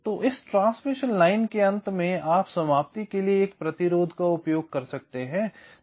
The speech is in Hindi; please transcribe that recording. तो इस ट्रांसमिशन लाइन के अंत में आप समाप्ति के लिए एक प्रतिरोध का उपयोग कर सकते हैं